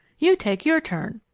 you take your turn.